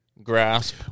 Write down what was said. grasp